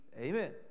Amen